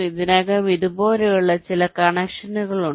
ഇതിനകം ഇതുപോലുള്ള ചില കണക്ഷനുകൾ ഉണ്ട്